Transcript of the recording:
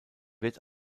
wird